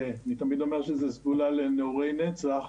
שאני תמיד אומר שזו סגולה לנעורי נצח,